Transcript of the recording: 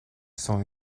sont